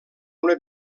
una